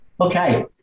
Okay